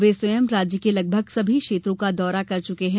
वे स्वयं राज्य के लगभग सभी क्षेत्रों का दौरा कर चुके हैं